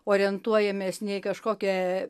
orientuojamės ne į kažkokią